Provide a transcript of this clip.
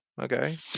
okay